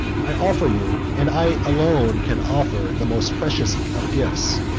i offer you, and i alone can offer, the most precious of gifts,